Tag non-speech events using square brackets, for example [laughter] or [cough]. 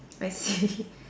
I see [laughs]